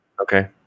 Okay